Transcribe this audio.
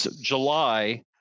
July